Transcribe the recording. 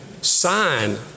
sign